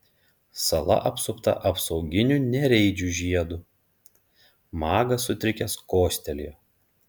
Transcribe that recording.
sala apsupta apsauginiu nereidžių žiedu magas sutrikęs kostelėjo